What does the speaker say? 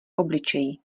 obličeji